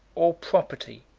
or property,